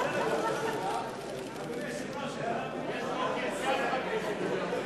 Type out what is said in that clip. סעיפים 1 2 נתקבלו.